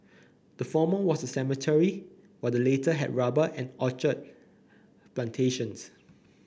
the former was a cemetery while the latter had rubber and orchard plantations